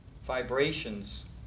vibrations